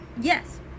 yes